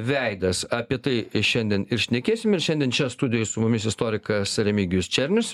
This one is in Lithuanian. veidas apie tai šiandien ir šnekėsim ir šiandien čia studijoj su mumis istorikas remigijus černius